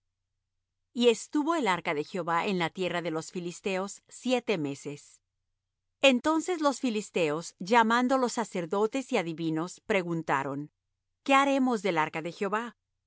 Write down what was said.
y estuvo el arca de jehová en la tierra de los filisteos siete meses entonces los filisteos llamando los sacerdotes y adivinos preguntaron qué haremos del arca de jehová